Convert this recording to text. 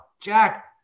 Jack